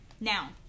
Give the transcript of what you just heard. Now